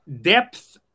Depth